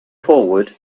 forward